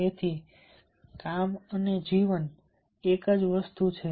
તેથી કામ અને જીવન એક જ વસ્તુ છે